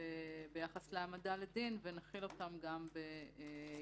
ביחס להעמדה לדין ונחיל אותן גם ביחס